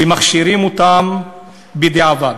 שמכשירים אותן בדיעבד.